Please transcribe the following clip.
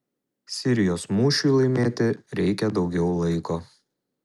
sirijos mūšiui laimėti reikia daugiau laiko